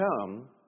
come